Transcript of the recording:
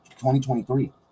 2023